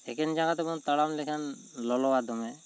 ᱮᱠᱮᱱ ᱡᱟᱸᱜᱟ ᱛᱮ ᱵᱚᱱ ᱛᱟᱲᱟᱢ ᱞᱮᱠᱷᱟᱱ ᱞᱚᱞᱚᱣᱟ ᱫᱚᱢᱮ